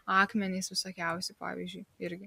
akmenys visokiausi pavyzdžiui irgi